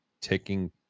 taking